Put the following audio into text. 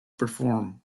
performed